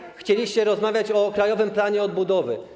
Dzisiaj chcieliście rozmawiać o Krajowym Planie Odbudowy.